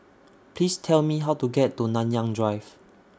Please Tell Me How to get to Nanyang Drive